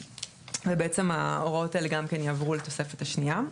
ובעצם ההוראות אלה גם כן יעברו לתוספת השנייה.